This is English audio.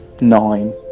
nine